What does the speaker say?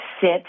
sit